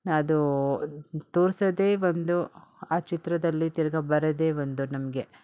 ಅದು ತೋರಿಸೋದೆ ಒಂದು ಆ ಚಿತ್ರದಲ್ಲಿ ತಿರ್ಗಾ ಬರೋದೆ ಒಂದು ನಮಗೆ